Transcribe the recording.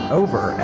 over